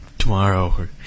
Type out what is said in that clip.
Tomorrow